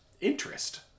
interest